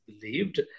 believed